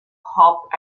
hop